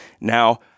Now